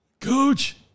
Coach